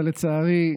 אבל לצערי,